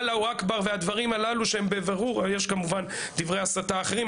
אללה הוא אכבר והדברים הללו שהם בבירור -- יש גם דברי הסתה אחרים,